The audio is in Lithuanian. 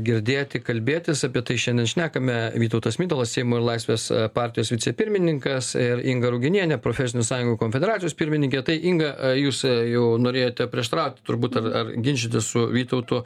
girdėti kalbėtis apie tai šiandien šnekame vytautas mitalas seimo ir laisvės partijos vicepirmininkas ir inga ruginienė profesinių sąjungų konfederacijos pirmininkė inga jūs jau norėjote prieštarauti turbūt ar ar ginčytis su vytautu